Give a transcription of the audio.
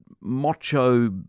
macho